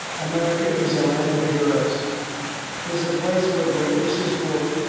america is a land of heroes. this is a place where greatness is born,